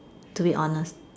to be honest